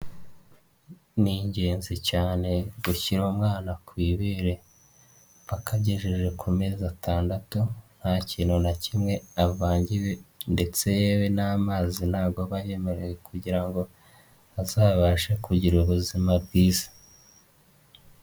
Ni ingenzi cyane gushyira umwana ku ibere paka agejeje ku mezi atandatu, nta kintu na kimwe avangiyewe ndetse yewe n'amazi ntago aba ayemereye, kugira ngo azabashe kugira ubuzima bwiza.